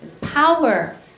power